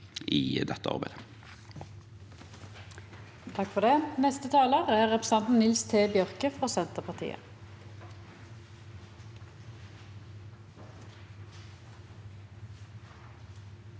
i dette arbeidet.